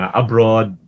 abroad